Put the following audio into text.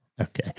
Okay